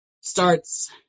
starts